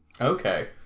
Okay